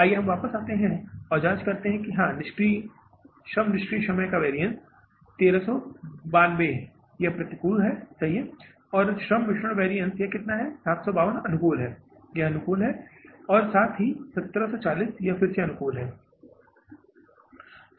आइए हम वापस जाते हैं और यह जाँच करते हैं कि हाँ श्रम निष्क्रिय समय का वैरिअन्स 1392 यह प्रतिकूल सही है और श्रम मिश्रण वैरिअन्स कितना 752 अनुकूल है यह अनुकूल है और साथ ही 1740 यह फिर से अनुकूल है